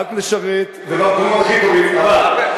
רק לשרת, מה "קדימה"?